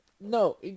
no